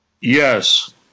Yes